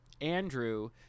Andrew